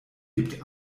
gibt